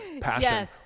passion